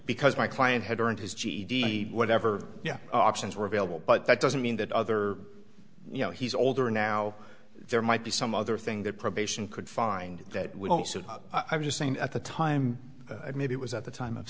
because my client had earned his ged whatever yeah options were available but that doesn't mean that other you know he's older now there might be some other thing that probation could find that would also i'm just saying at the time maybe it was at the time of